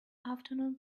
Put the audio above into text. afternoon